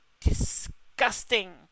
disgusting